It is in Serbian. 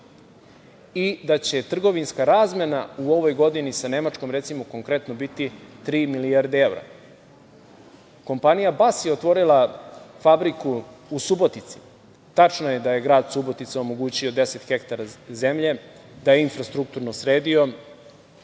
i da će trgovinska razmena u ovoj godini sa nemačkom, recimo, konkretno, biti tri milijarde evra. Kompanija „Bas“ je otvorila fabriku u Subotici. Tačno je da je grad Subotica omogućio 10 hektara zemlje, da je infrastrukturno sredio,